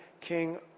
king